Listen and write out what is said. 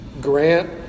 Grant